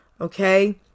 Okay